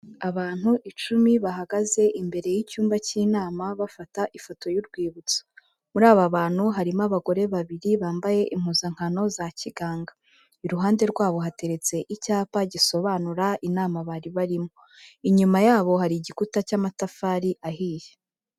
Abantu icumi bahagaze imbere y'icyumba k'inama bafata ifoto y'urwibutso. Muri aba bantu harimo abagore babiri bambaye impuzankano za kiganga. Iruhande rwabo hateretse icyapa gisobanura inama bari barimo. Inyuma yabo hari igikuta cy'amatafari ahiye.